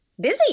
busy